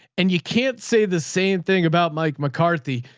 and you can't say the same thing about mike mccarthy.